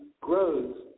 grows